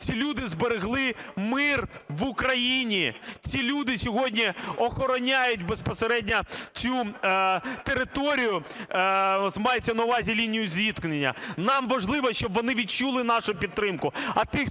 ці люди зберегли мир в Україні, ці люди сьогодні охороняють безпосередньо цю територію, мається на увазі лінію зіткнення, нам важливо, щоб вони відчули нашу підтримку.